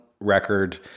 record